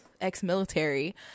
Ex-military